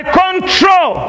control